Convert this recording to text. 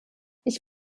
ich